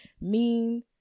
mean-